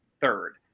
third